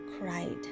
cried